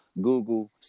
Google